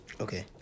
Okay